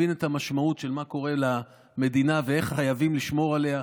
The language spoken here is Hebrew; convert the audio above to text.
הבין את המשמעות של מה שקורה למדינה ואיך חייבים לשמור עליה,